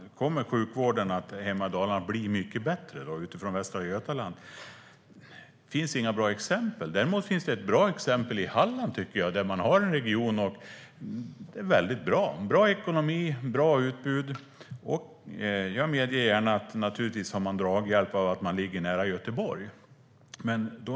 Kommer sjukvården hemma i Dalarna att bli mycket bättre, utgående från Västra Götalands erfarenheter? Det finns inga bra exempel. Däremot finns det ett bra exempel i Halland. Där har man en region med bra ekonomi och bra utbud. Jag medger gärna att man naturligtvis har draghjälp av att man ligger nära Göteborg.